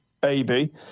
baby